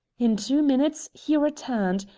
in two minutes he returned,